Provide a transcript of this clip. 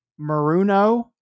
Maruno